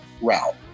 route